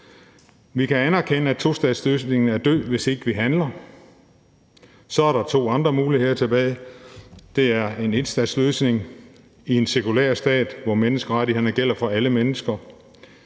Vi kan anerkende, at tostatsløsningen er død, hvis ikke vi handler. Så er der to andre muligheder tilbage. Den ene er en enstatsløsning i en sekulær stat, hvor menneskerettighederne gælder for alle mennesker.